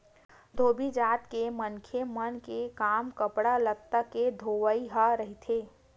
धोबी जात के मनखे मन के काम कपड़ा लत्ता के धोवई ह रहिथे